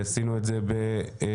עשינו את זה בהסכמה.